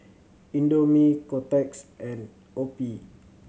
Indomie Kotex and OPI